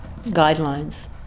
guidelines